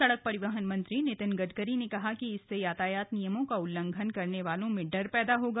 सड़क परिवहन मंत्री नितिन गडकरी ने कहा कि इससे यातायात नियमों का उल्लंघन करने वालों में डर पैदा होगा